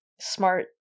smart